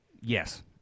Yes